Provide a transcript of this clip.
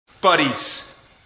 buddies